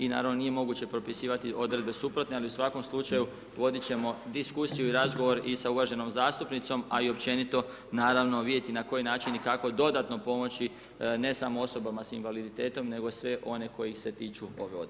I naravno nije moguće propisivati odredbe suprotne, ali u svakom slučaju voditi ćemo diskusiju i razgovor i sa uvaženom zastupnicom a i općenito naravno vidjeti na koji način i kako dodatno pomoći ne samo osobama sa invaliditetom nego sve one kojih se tiču ove odredbe.